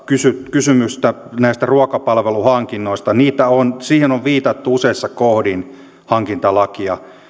kysymystä näistä ruokapalveluhankinnoista siihen on viitattu useissa kohdin hankintalakia